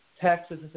Texas